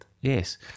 Yes